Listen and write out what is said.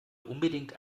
unbedingt